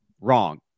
wrong